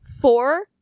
four